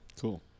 Cool